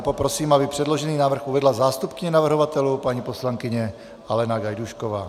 Poprosím, aby předložený návrh uvedla zástupkyně navrhovatelů, paní poslankyně Alena Gajdůšková.